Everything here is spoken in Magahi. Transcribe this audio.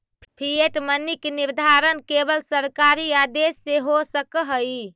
फिएट मनी के निर्धारण केवल सरकारी आदेश से हो सकऽ हई